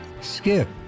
Skip